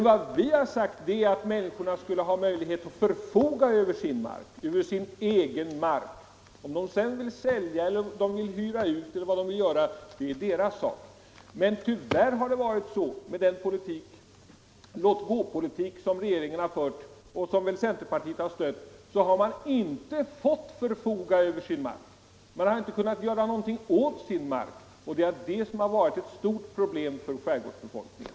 Vad vi har sagt är att människorna skulle ha möjlighet att förfoga över sin egen mark. Om de sedan vill sälja eller hyra ut eller vad de vill göra, det är deras sak. Men tyvärr har det varit så, med den låt-gå-politik som regeringen har fört och som väl centerpartiet har stött, att man inte har fått förfoga över sin mark. Man har inte kunnat göra någonting åt sin mark, och det är detta som utgjort ett stort problem för skärgårdsbefolkningen.